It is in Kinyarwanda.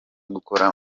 gukora